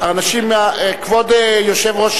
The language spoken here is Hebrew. כבוד יושב-ראש